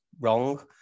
wrong